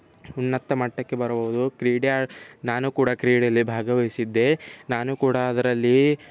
ಉನ್ನತ ಮಟ್ಟಕ್ಕೆ ಬರಬಹುದು ಕ್ರೀಡೆ ನಾನು ಕೂಡ ಕ್ರೀಡೆಯಲ್ಲಿ ಭಾಗವಹಿಸಿದ್ದೆ ನಾನು ಕೂಡ ಅದರಲ್ಲಿ